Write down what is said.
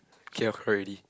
okay ah correct already